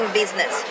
business